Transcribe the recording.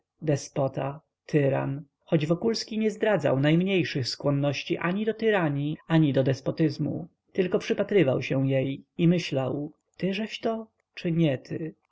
despota tyran choć wokulski nie zdradzał najmniejszych skłonności ani do tyranii ani do despotyzmu tylko przypatrywał się jej i myślał tyżeśto czy nie